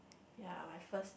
ya my first